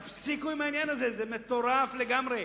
תפסיקו עם העניין הזה, זה מטורף לגמרי.